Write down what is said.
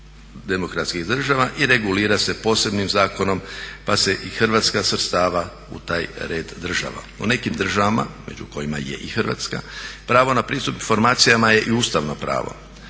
i regulira se posebnim zakonom pa se i Hrvatska svrstava u taj red država. U nekim državama među kojima je i Hrvatska, pravo na pristup informacijama je i ustavno pravo.